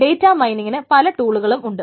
data മൈനിങ്ങിന് പല ടൂളുകളും ഉണ്ട്